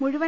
മുഴുവൻ